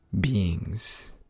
beings